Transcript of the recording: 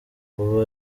ngo